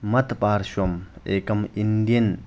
मत् पार्श्वम् एकं इण्डियन्